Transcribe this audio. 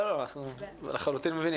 אנחנו מבינים.